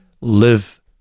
live